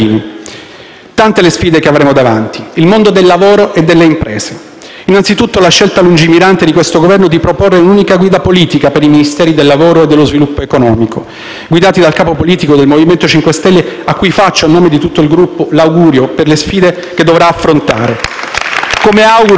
sono le sfide che avremo davanti: il mondo del lavoro e delle imprese; innanzitutto, la scelta lungimirante di questo Governo di proporre una unica guida politica per i Ministeri del lavoro e dello sviluppo economico, guidati dal capo politico del MoVimento 5 Stelle, cui faccio, a nome di tutto il Gruppo, gli auguri per le sfide che dovrà affrontare. *(Applausi